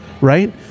right